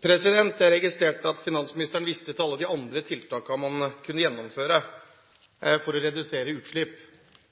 Jeg registrerte at finansministeren viste til alle de andre tiltakene man kunne gjennomføre for å redusere utslipp.